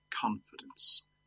confidence